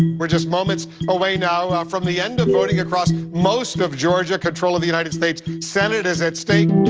we are just moments away now from the end of voting across most of georgia. controlling the united states senate is at stake.